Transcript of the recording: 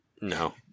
No